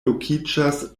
lokiĝas